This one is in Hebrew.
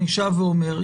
אני שב ואומר,